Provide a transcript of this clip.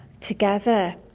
together